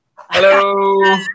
hello